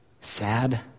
sad